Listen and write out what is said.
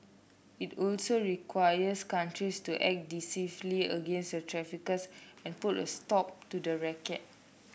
it also requires countries to act decisively against the traffickers and put a stop to the racket